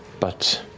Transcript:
but,